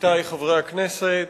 עמיתי חברי הכנסת,